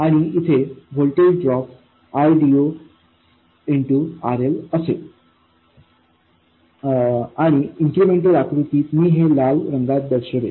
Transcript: आणि इथे voltage drop ID0RL असेल आणि इन्क्रिमेंटल आकृतीत मी हे लाल रंगात दर्शवेल